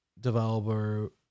developer